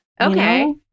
Okay